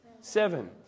Seven